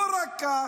לא רק זה,